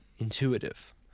intuitive